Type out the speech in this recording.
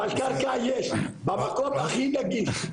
אבל קרקע יש במקום הכי נגיש.